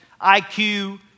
IQ